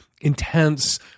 intense